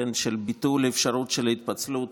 של ביטול אפשרות של התפצלות